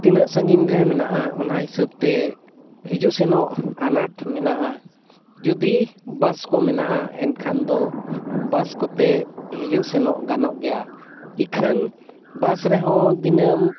ᱛᱤᱱᱟᱹᱜ ᱥᱟᱺᱜᱤᱧ ᱨᱮ ᱢᱮᱱᱟᱜᱼᱟ ᱚᱱᱟ ᱦᱤᱥᱟᱹᱵ ᱛᱮ ᱦᱤᱡᱩᱜ ᱥᱮᱱᱚᱜ ᱟᱱᱟᱴ ᱢᱮᱱᱟᱜᱼᱟ ᱡᱩᱫᱤ ᱵᱟᱥ ᱠᱚ ᱢᱮᱱᱟᱜᱼᱟ ᱮᱱᱠᱷᱟᱱ ᱫᱚ ᱵᱟᱥ ᱠᱚᱛᱮ ᱦᱤᱡᱩᱜ ᱥᱮᱱᱚᱜ ᱜᱟᱱᱚᱜ ᱜᱮᱭᱟ ᱤᱠᱷᱟᱹᱱ ᱵᱟᱥ ᱨᱮᱦᱚᱸ ᱫᱤᱱᱟᱹᱢ